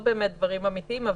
ולא באמת דברים אמיתיים.